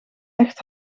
echt